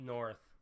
North